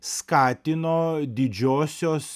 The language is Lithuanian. skatino didžiosios